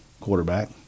quarterback